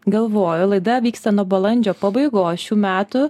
galvoju laida vyksta nuo balandžio pabaigos šių metų